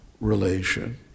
relation